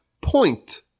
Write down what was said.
point